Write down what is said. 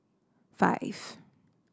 five